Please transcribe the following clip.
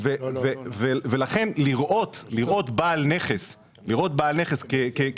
לכן, לראות בעל נכס כמסכן